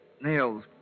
Nails